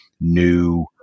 new